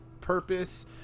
purpose